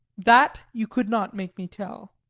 that you could not make me tell.